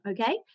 okay